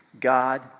God